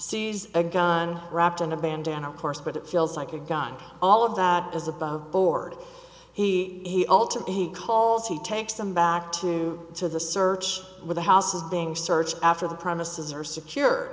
sees a gun wrapped in a bandana of course but it feels like a gun all of that is above board he ultimately he calls he takes them back to to the search with the houses being searched after the premises are secure